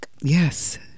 Yes